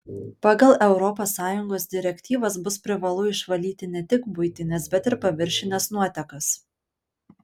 pagal europos sąjungos direktyvas bus privalu išvalyti ne tik buitines bet ir paviršines nuotekas